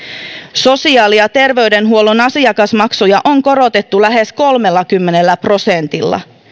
sosiaali ja terveydenhuollon asiakasmaksuja on korotettu lähes kolmellakymmenellä prosentilla